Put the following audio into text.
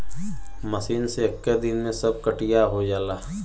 machine से एक्के दिन में सब कटिया हो जाला